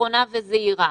נכונה וזהירה.